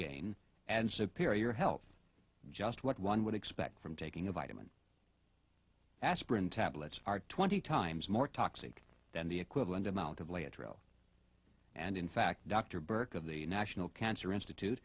gain and superior health just what one would expect from taking a vitamin aspirin tablets are twenty times more toxic than the equivalent amount of lay a trail and in fact dr burke of the national cancer institute